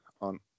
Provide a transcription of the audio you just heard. on